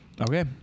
Okay